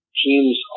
teams